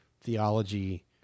theology